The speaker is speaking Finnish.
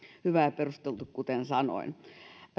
ja perusteltu kuten sanoin